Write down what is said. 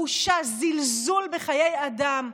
בושה, זלזול בחיי אדם.